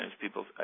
people